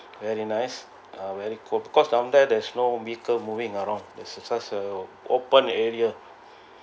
very nice uh very cold cause down there there's no vehicle moving around there's such a open area